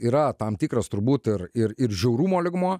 yra tam tikras turbūt ir ir ir žiaurumo lygmuo